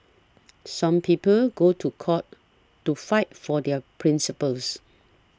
some people go to court to fight for their principles